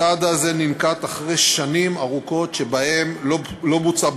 הצעד הזה ננקט אחרי שנים ארוכות שבהן לא בוצעה